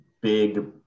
big